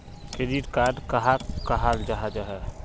Credit card कहाक कहाल जाहा जाहा?